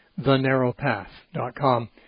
Thenarrowpath.com